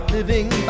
Living